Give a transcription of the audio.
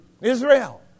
Israel